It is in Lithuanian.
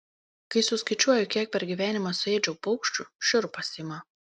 kai suskaičiuoju kiek per gyvenimą suėdžiau paukščių šiurpas ima